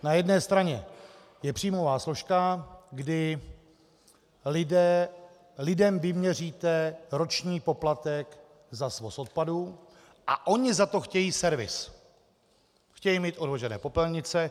Na jedné straně je příjmová složka, kdy lidem vyměříte roční poplatek za svoz odpadů a oni za to chtějí servis, chtějí mít odvezené popelnice.